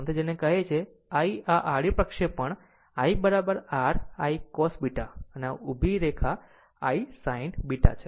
આમ તે તે છે જેને આ કહે છે I આ આડી પ્રક્ષેપણ I r I cos β અને ઉભી એકI ' I sin β છે